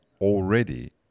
already